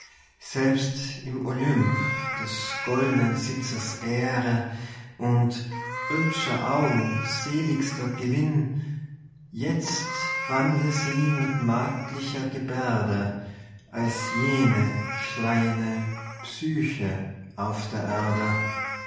selbst im olymp des goldnen sitzes ehre und ird'scher augen seligster gewinn jetzt wandle sie mit magdlicher geberde als jene kleine psyche auf der erde